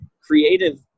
creative